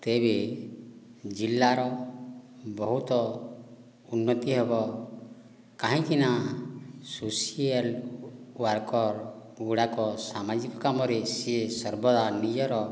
ତେବେ ଜିଲ୍ଲାର ବହୁତ ଉନ୍ନତି ହେବ କାହିଁକିନା ସୋସିଆଲ ୱାର୍କରଗୁଡ଼ାକ ସାମାଜିକ କାମରେ ସିଏ ସର୍ବଦା ନିଜର